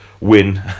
win